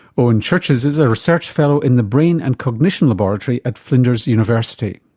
owen churches is a research fellow in the brain and cognition laboratory at flinders university.